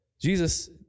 Jesus